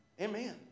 Amen